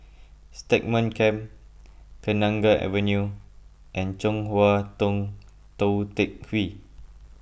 Stagmont Camp Kenanga Avenue and Chong Hua Tong Tou Teck Hwee